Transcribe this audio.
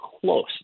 close